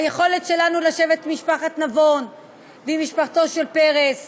היכולת שלנו לשבת עם משפחת נבון ועם משפחתו של פרס